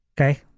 okay